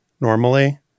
normally